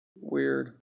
weird